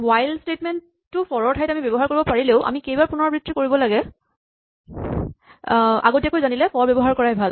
while statement টো for ৰ ঠাইত ব্যৱহাৰ কৰিব পাৰিলেও আমি কেইবাৰ পুণৰাবৃত্তি কৰিব লাগে আগতীয়াকৈ জানিলে ফৰ ব্যৱহাৰ কৰাই ভাল